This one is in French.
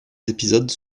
épisodes